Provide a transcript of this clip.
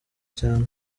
cyane